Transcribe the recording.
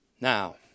Now